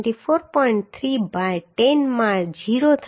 3 by 10 માં 0 થશે